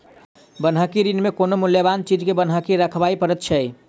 बन्हकी ऋण मे कोनो मूल्यबान चीज के बन्हकी राखय पड़ैत छै